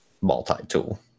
multi-tool